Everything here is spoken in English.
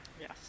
Yes